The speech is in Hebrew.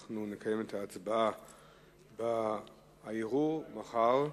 אנחנו נקיים את ההצבעה על הערעור מחר.